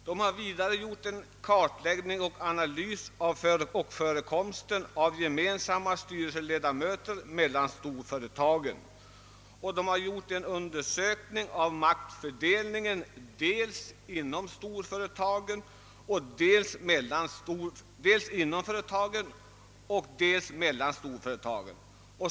Den har vidare gjort en kartläggning och analys av förekomsten av gemensamma styrelseledamöter i storföretagen. Den har gjort en undersökning av maktfördelningen dels inom och dels mellan storföretagen.